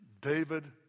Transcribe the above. David